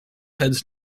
heads